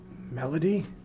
Melody